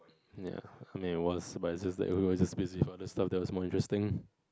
ya that was but is it that worth is just busy this stuff that was more interesting